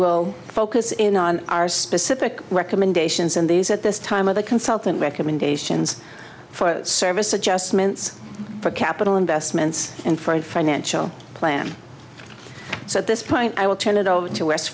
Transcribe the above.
will focus in on our specific recommendations in these at this time of the consultant recommendations for service adjustments for capital investments and for a financial plan so at this point i will turn it over to west